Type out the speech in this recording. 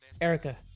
Erica